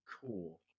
Cool